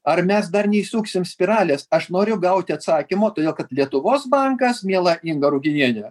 ar mes dar neįsuksim spiralės aš noriu gauti atsakymo todėl kad lietuvos bankas miela inga ruginiene